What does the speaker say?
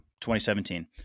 2017